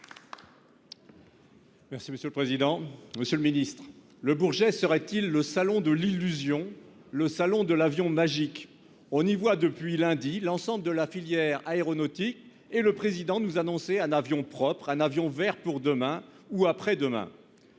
Écologiste-Solidarité et Territoires. Le Bourget serait-il le salon de l'illusion, le salon de l'avion magique ? On y voit depuis lundi l'ensemble de la filière aéronautique et le Président de la République nous annoncer un avion propre, un avion vert pour demain ou après-demain.